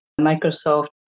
Microsoft